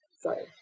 Sorry